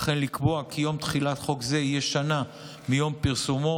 וכן לקבוע כי יום תחילת חוק זה יהיה שנה מיום פרסומו,